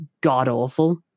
god-awful